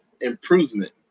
improvement